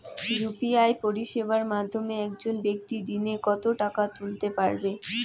UPI পরিষেবার মাধ্যমে একজন ব্যাক্তি দিনে কত টাকা তুলতে পারবে?